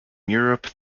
europe